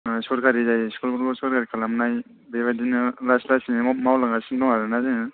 सरखारि जायै स्कुल फोरखौ सरखारि खालामनाय बेबादिनो लासै लासैनो मावलांगासिनो दं आरोना जोङो